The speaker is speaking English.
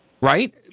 right